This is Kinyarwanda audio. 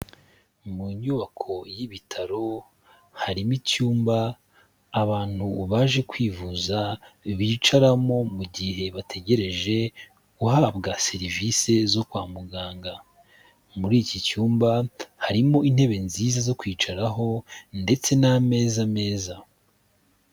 Mu nyubako y'ibitaro, harimo icyumba abantu baje kwivuza bicaramo mu gihe bategereje guhabwa serivisi zo kwa muganga. Muri iki cyumba harimo intebe nziza zo kwicaraho, ndetse n'ameza meza.